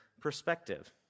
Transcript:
perspective